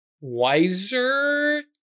wiser